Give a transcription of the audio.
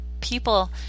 people